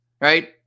right